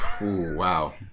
Wow